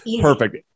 Perfect